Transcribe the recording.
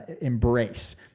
embrace